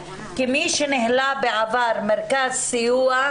כמי שניהלה בעבר מרכז סיוע,